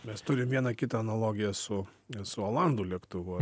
mes turim vieną kitą analogiją su su olandų lėktuvu